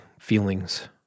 feelings